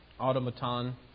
automaton